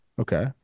Okay